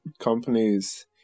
companies